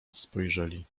spojrzeli